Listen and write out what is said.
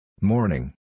Morning